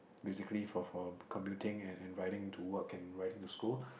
basically for for commuting and and riding to work and riding to school